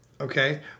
Okay